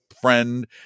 friend